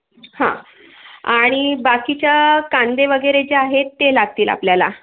हा आणि बाकीच्या कांदे वगैरे जे आहेत ते लागतील आपल्याला